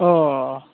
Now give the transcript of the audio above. अ अ अ